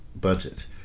budget